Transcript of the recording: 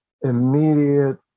immediate